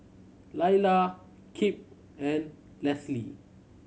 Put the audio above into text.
Lailah Kip and Lesli